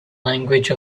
language